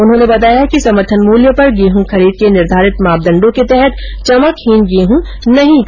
उन्होंने बताया कि समर्थन मुल्य पर गेहं खरीद के निर्धारित मापदण्डों के तहत चमकहीन गेहूं नहीं खरीदा जा सकता है